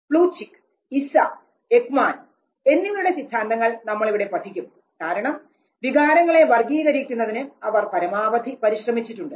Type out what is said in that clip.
പ്ലൂച്ചിക്ക് ഇസാ എക്മാൻ എന്നിവരുടെ സിദ്ധാന്തങ്ങൾ നമ്മൾ ഇവിടെ പഠിക്കും കാരണം വികാരങ്ങളെ വർഗ്ഗീകരിക്കുന്നതിന് അവർ പരമാവധി പരിശ്രമിച്ചിട്ടുണ്ട്